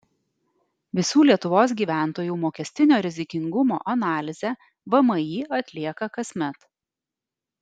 visų lietuvos gyventojų mokestinio rizikingumo analizę vmi atlieka kasmet